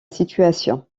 situation